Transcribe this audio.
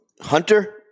hunter